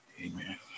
Amen